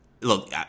Look